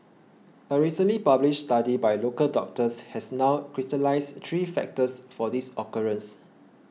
a recently published study by local doctors has now crystallised three factors for this occurrence